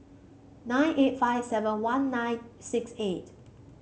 nine eight five seven one nine six eight